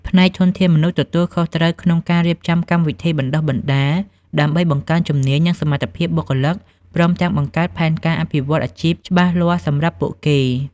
ផ្នែកធនធានមនុស្សទទួលខុសត្រូវក្នុងការរៀបចំកម្មវិធីបណ្តុះបណ្តាល ដើម្បីបង្កើនជំនាញ និងសមត្ថភាពបុគ្គលិក ព្រមទាំងបង្កើតផែនការអភិវឌ្ឍអាជីពច្បាស់លាស់សម្រាប់ពួកគេ។